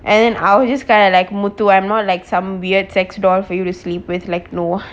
and then I'll just kind of like muthu I'm more like some weird sex doll for you to sleep with like no